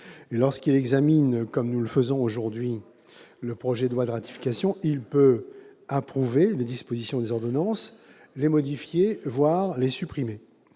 lorsqu'il examine, comme nous le faisons aujourd'hui, le projet de loi de ratification, il peut approuver les dispositions des ordonnances, les modifier, voire les supprimer.